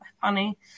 funny